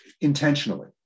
Intentionally